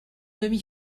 demi